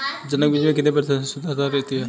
जनक बीज में कितने प्रतिशत शुद्धता रहती है?